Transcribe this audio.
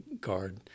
Guard